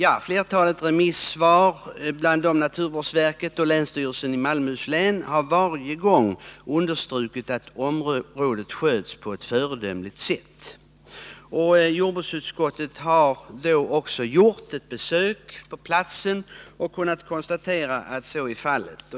I flertalet remissvar, bl.a. från naturvårdsverket och länsstyrelsen i Malmöhus län, har varje gång understrukits att området sköts på ett föredömligt sätt. Jordbruksutskottet har också gjort ett besök på platsen och har kunnat konstatera att så är fallet.